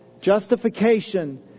Justification